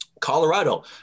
Colorado